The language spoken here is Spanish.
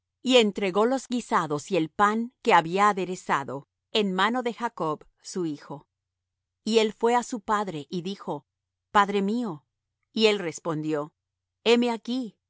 y entregó los guisados y el pan que había aderezado en mano de jacob su hijo y él fué á su padre y dijo padre mío y él respondió heme aquí